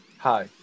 Hi